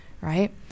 Right